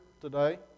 today